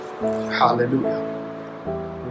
hallelujah